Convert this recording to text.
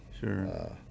sure